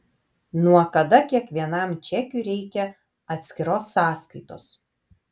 nuo kada kiekvienam čekiui reikia atskiros sąskaitos